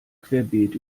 querbeet